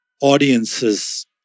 audiences